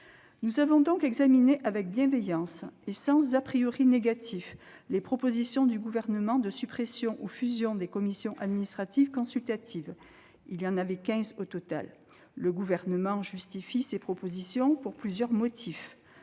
Nous avons donc examiné avec bienveillance et sans négatif les propositions gouvernementales de suppression ou de fusion de commissions administratives consultatives, au nombre de quinze au total. Le Gouvernement justifie ces propositions par plusieurs motifs